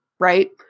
right